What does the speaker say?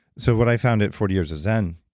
so but i founded forty years of zen,